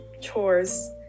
chores